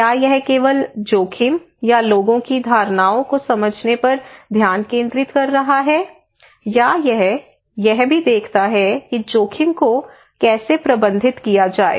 क्या यह केवल जोखिम या लोगों की धारणाओं को समझने पर ध्यान केंद्रित कर रहा है या यह भी है कि जोखिम को कैसे प्रबंधित किया जाए